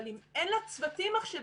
אבל אם אין לצוותים מחשבים,